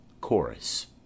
Chorus